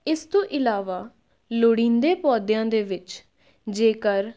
ਇਸ ਤੋਂ ਇਲਾਵਾ ਲੋੜੀਂਦੇ ਪੌਦਿਆਂ ਦੇ ਵਿੱਚ ਜੇਕਰ